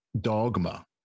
dogma